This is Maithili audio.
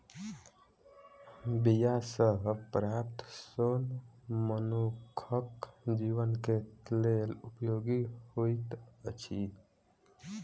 बीया सॅ प्राप्त सोन मनुखक जीवन के लेल उपयोगी होइत अछि